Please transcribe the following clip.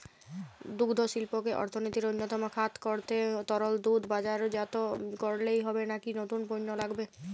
দুগ্ধশিল্পকে অর্থনীতির অন্যতম খাত করতে তরল দুধ বাজারজাত করলেই হবে নাকি নতুন পণ্য লাগবে?